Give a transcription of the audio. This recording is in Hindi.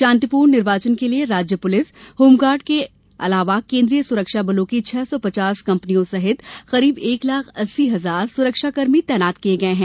शान्तिपूर्ण निर्वाचन के लिए राज्य पूलिस होमगार्ड के अलावा केन्द्रीय सुरक्षा बलों की छह सौ पचास कंपनियों सहित करीब एक लाख अस्सी हजार सुरक्षाकर्मी तैनात किये गये हैं